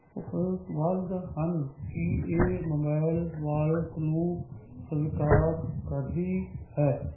ਉਪਲੱਬਧ ਹਨ ਕੀ ਇਹ ਮੋਬਾਇਲ ਵਾਲਟ ਨੂੰ ਸਵੀਕਾਰ ਕਰਦੀ ਹੈ